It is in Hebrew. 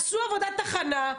עשו עבודת הכנה.